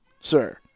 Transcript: sir